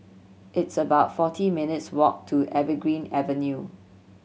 it's about forty minutes' walk to Evergreen Avenue